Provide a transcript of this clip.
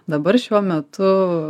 dabar šiuo metu